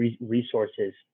resources